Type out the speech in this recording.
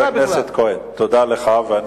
תודה לך, חבר הכנסת.